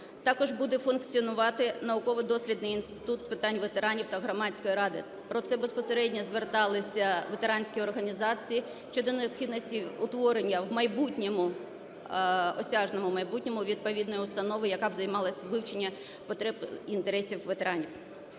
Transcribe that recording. Також буде функціонувати науково-дослідний інститут з питань ветеранів та Громадської ради. Про це безпосередньо зверталися ветеранські організації щодо необхідності утворення в майбутньому, осяжному майбутньому, відповідної установи, яка б займалась вивченням потреб і інтересів ветеранів.